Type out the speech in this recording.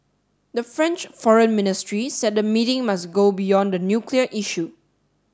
the French Foreign Ministry said the meeting must go beyond the nuclear issue